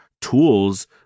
tools